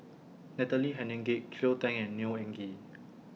Natalie Hennedige Cleo Thang and Neo Anngee